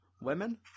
Women